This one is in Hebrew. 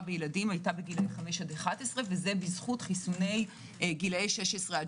בילדים היתה בגילאי 5 עד 11 וזה בזכות גילאי 16 עד